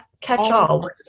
catch-all